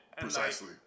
Precisely